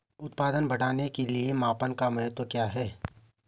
उत्पादन बढ़ाने के मापन का महत्व क्या है?